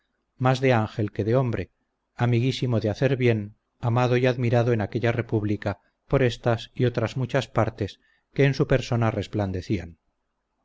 más de ángel que de hombre amiguísimo de hacer bien amado y admirado en aquella república por estas y otras muchas partes que en su persona resplandecían